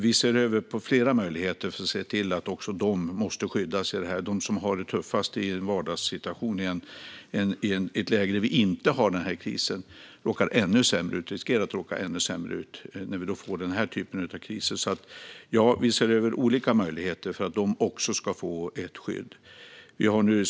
Vi ser över flera förslag så att även de skyddas. De som har det tuffast i en vardagssituation i ett läge när det inte råder kris riskerar att råka ännu sämre ut när det blir den här typen av kris. Ja, vi ser över olika möjligheter så att även de ska få ett skydd.